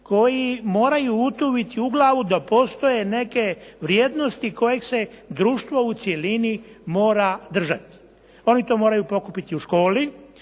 koji moraju utuviti u glavu da postoje neke vrijednosti kojih se društvo u cjelini mora držati. Oni to moraju pokupiti u školi,